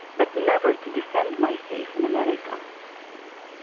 but never to defend my faith in america.